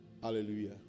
Hallelujah